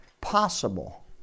possible